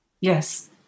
yes